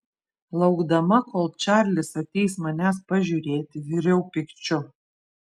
laukdama kol čarlis ateis manęs pažiūrėti viriau pykčiu